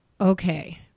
Okay